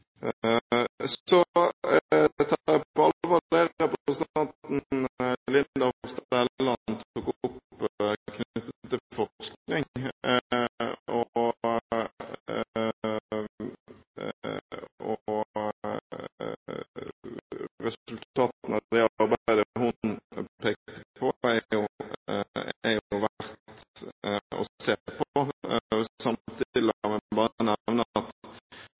Så tar jeg på alvor det representanten Linda C. Hofstad Helleland tok opp knyttet til forskning. Resultatene av det arbeidet hun pekte på, er jo verdt å se på.